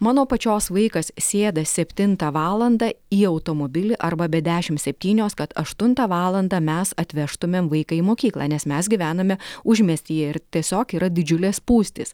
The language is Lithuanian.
mano pačios vaikas sėda septintą valandą į automobilį arba be dešimt septynios kad aštuntą valandą mes atvežtumėm vaiką į mokyklą nes mes gyvename užmiestyje ir tiesiog yra didžiulės spūstys